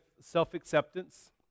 self-acceptance